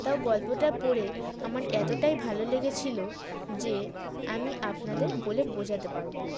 তাও গল্পটা পড়ে আমার এতটাই ভালো লেগেছিল যে আমি আপনাদের বলে বোঝাতে পারব না